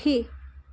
সুখী